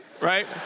right